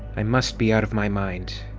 i must be out of my mind,